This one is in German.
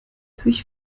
sich